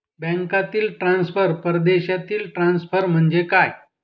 बँकांतील ट्रान्सफर, परदेशातील ट्रान्सफर म्हणजे काय?